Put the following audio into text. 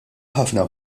ħafna